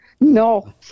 No